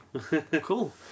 Cool